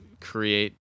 create